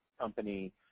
company